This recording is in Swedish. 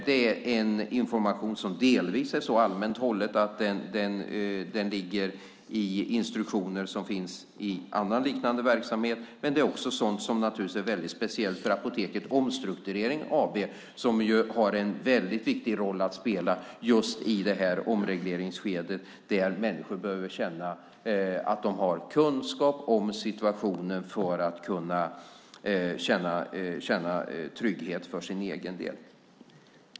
Det är information som delvis är så allmänt hållen att den ligger i instruktioner som finns i annan liknande verksamhet. Men det är också naturligtvis sådant som är väldigt speciellt för Apoteket Omstrukturering AB, som har en väldigt viktig roll att spela i omregleringsskedet, där människor behöver känna att de har kunskap om situationen för att kunna känna trygghet för egen del.